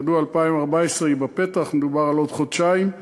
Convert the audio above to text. כידוע, 2014 בפתח, ומדובר על עוד חודשיים.